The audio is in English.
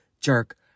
jerk